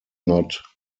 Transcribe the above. not